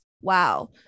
Wow